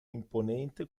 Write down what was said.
imponente